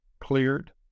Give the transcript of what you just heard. cleared